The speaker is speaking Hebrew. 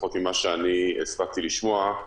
לפחות ממה שהספקתי לשמוע,